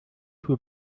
für